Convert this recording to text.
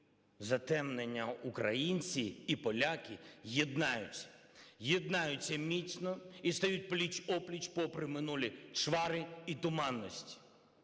затемнення українці і поляки єднаються. Єднаються міцно і стають пліч-о-пліч попри минулі чвари і туманності.